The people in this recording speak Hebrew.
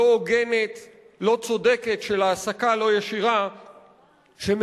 לא הוגנת לא צודקת, של העסקה לא ישירה שמקפחת